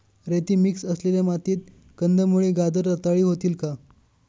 रेती मिक्स असलेल्या मातीत कंदमुळे, गाजर रताळी होतील का?